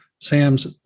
Sam's